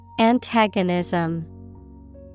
Antagonism